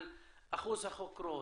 על אחוז החוקרות,